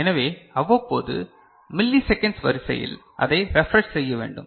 எனவே அவ்வப்போது milliseconds வரிசையில் அதைப் ரெப்ரெஷ் செய்ய வேண்டும்